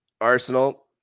Arsenal